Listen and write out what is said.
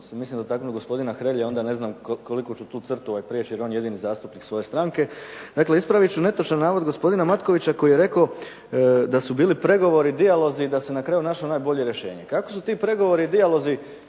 mislim dotaknut gospodina Hrelje onda ne znam koliko ću tu crtu prijeći jer je on jedini zastupnik svoje stranke. Dakle, ispravit ću netočan navod gospodina Matkovića koji je rekao da su bili pregovori, dijalozi i da se na kraju našlo najbolje rješenje. Kako su ti pregovori i dijalozi